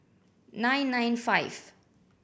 nine nine five